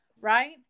right